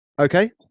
okay